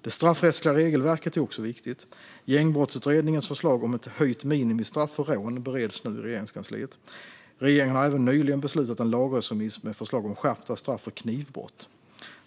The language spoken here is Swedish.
Det straffrättsliga regelverket är också viktigt. Gängbrottsutredningens förslag om ett höjt minimistraff för rån bereds nu i Regeringskansliet. Regeringen har även nyligen beslutat en lagrådsremiss med förslag om skärpta straff för knivbrott.